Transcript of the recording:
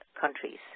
countries